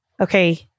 okay